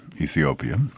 Ethiopia